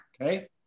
Okay